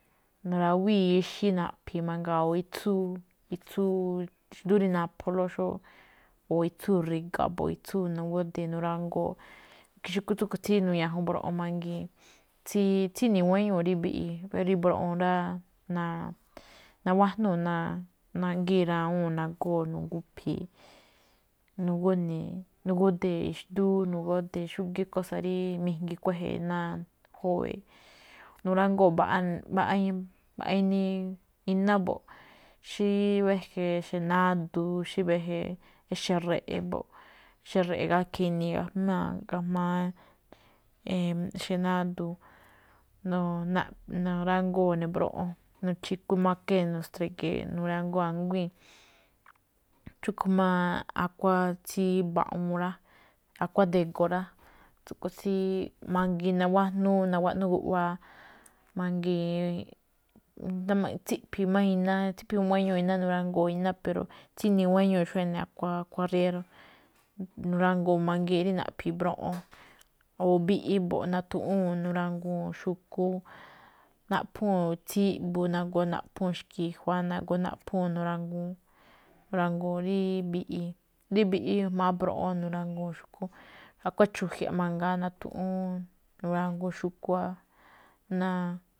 Narawíi̱ ixí naꞌphi̱i̱ mangaa o itsúu, itsúu xndú rí napholóꞌ, xó o itsúu ri̱ga̱ꞌ mbo̱ꞌ, itsúu nagódee̱ nurangoo̱. Ikhiin xu̱kú tsúꞌkhue̱n tsí nuñajun mbroꞌon mangiin, tsí tsíni̱i̱ guéñoo̱ rí mbiꞌi, rí mbroꞌon rá, na- nagájnuu̱ ná gíi rawúu̱n nagóo̱, nu̱gúphi̱i̱, nagódee̱ xndúu xúgíí kósa̱ rí mijngi, ná jówe̱e̱ꞌ. Nurangoo̱ mbaꞌa mbaꞌa inii, mbaꞌa inii, iná mbo̱ꞌ, xí wéje̱ ixe̱ náduun, xí wéje̱, ixe̱ re̱ꞌe̱ mbo̱ꞌ, ixe̱ re̱ꞌe̱ gakhe̱ inii gajmáa̱, ga̱jma̱á ixe̱ naduun. Nurangoo̱ ne̱ rí mbroꞌon, nu̱chi̱ku makee̱ nu̱stre̱ge̱e̱, nurangoo anguíi̱n. Xúꞌkhue̱n máꞌ, a̱kuáan tsí mba̱ꞌu̱u̱n rá, a̱kuáan nde̱go̱ rá, tsúkhue̱n tsí mangiin, nawajnúú naguaꞌnú guꞌwáá, mangiin tsíꞌphi̱i̱ máꞌ iná, tsíꞌphi̱i̱ guéño iná nurangoo̱ iná pero, tsíni̱i̱ guéño xo ene̱ a̱kuáan, a̱kuáan riéro̱. nurangoo̱ mangii̱n rí naꞌphi̱i̱ mbroꞌon, o mbiꞌi mbo̱ꞌ, na̱tu̱ꞌúu̱n nuranguu̱n xu̱kú, naꞌphuu̱n tsíꞌbu, nagoo naꞌphuu̱n xki̱jua̱á, na̱goo naꞌphuu̱n ruranguu̱n rí mbiꞌi, rí mbiꞌi ga̱jma̱á rí mbroꞌon nuranguu̱n xu̱kú. A̱kuáan chu̱jia̱ꞌ mangaa na̱tu̱ꞌúún nuranguun xu̱kú.